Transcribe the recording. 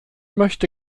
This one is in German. möchte